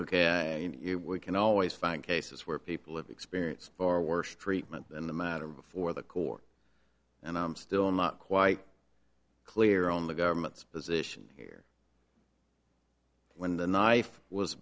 ok you can always find cases where people have experience or worse treatment than the matter before the court and i'm still not quite clear on the government's position here when the knife was